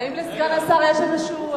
האם לסגן השר יש איזשהו,